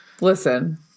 Listen